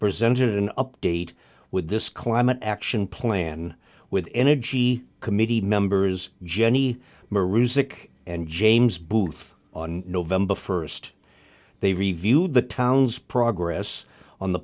presented an update with this climate action plan with energy committee members jenny marusek and james booth on november first they reviewed the town's progress on the